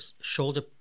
shoulder